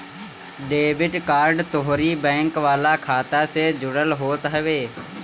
debit card तोहरी bank वाला खाता से जुड़ल होत हवे